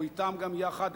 או אתן גם יחד,